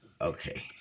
Okay